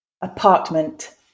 Apartment